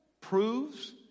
proves